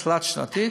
זה תלת-שנתי,